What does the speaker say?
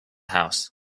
house